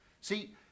See